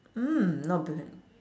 mm not bad